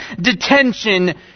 detention